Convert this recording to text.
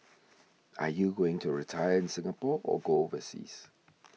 are you going to retire in Singapore or go overseas